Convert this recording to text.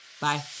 Bye